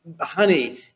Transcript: honey